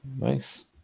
Nice